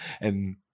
And-